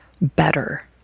better